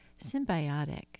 symbiotic